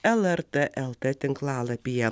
lrt lt tinklalapyje